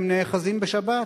והם נאחזים בשבת,